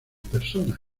personas